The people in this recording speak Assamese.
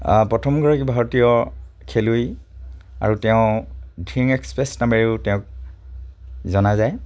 প্ৰথমগৰাকী ভাৰতীয় খেলুৱৈ আৰু তেওঁ ধিং এক্সপ্ৰেছ নামেৰেও তেওঁক জনা যায়